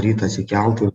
rytą atsikelt ir